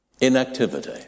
inactivity